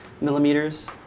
millimeters